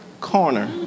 corner